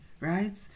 Right